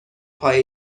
پای